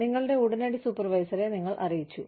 നിങ്ങളുടെ ഉടനടി സൂപ്പർവൈസറെ നിങ്ങൾ അറിയിച്ചു